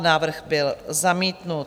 Návrh byl zamítnut.